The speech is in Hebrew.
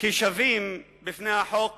כשווים בפני החוק